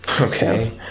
Okay